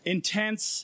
Intense